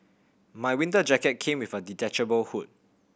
my winter jacket came with a detachable hood